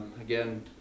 again